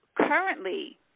currently